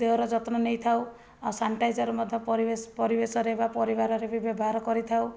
ଦେହର ଯତ୍ନ ନେଇଥାଉ ଆଉ ସାନିଟାଇଜର୍ ମଧ୍ୟ ପରିବେଶ ପରିବେଶରେ ବା ପରିବାରରେ ବି ବ୍ୟବହାର କରିଥାଉ